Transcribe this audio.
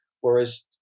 Whereas